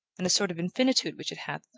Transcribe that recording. and a sort of infinitude which it hath,